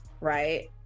right